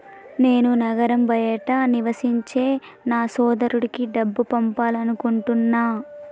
నేను నగరం బయట నివసించే నా సోదరుడికి డబ్బు పంపాలనుకుంటున్నా